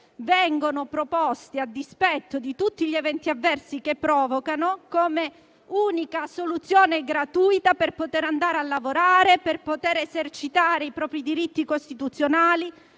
vengono proposti, a dispetto di tutti gli eventi avversi che provocano, come unica soluzione gratuita per poter andare a lavorare, per poter esercitare i propri diritti costituzionali,